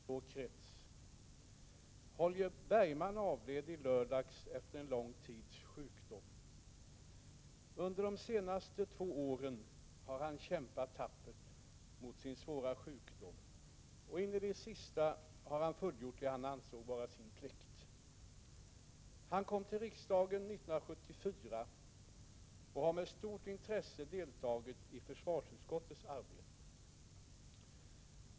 Åter har en kamrat för alltid lämnat vår krets. Holger Bergman avled i lördags efter en lång tids sjukdom. Under de senaste två åren har Holger Bergman kämpat tappert mot sin svåra sjukdom, och in i det sista har han fullgjort det som han ansåg vara sin plikt. Han kom till riksdagen 1974 och har med stort intresse deltagit i försvarsutskottets arbete.